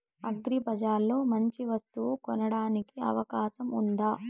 అగ్రిబజార్ లో మంచి వస్తువు కొనడానికి అవకాశం వుందా?